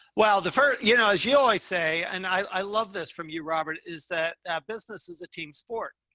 well, the first, you know, as you always say, and i love this from you, robert is that that business is a team sport.